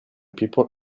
people